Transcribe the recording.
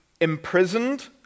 imprisoned